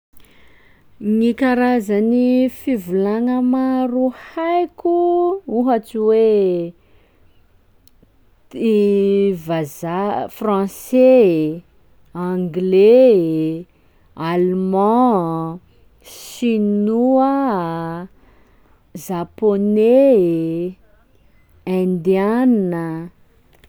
Gny karazan'ny fivolana maro haiko: ohatsy hoe vazaha français, anglais, allemand, chinois, zaponey, indiana.